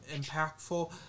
impactful